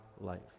life